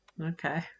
Okay